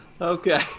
Okay